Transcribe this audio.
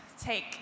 Take